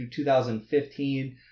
2015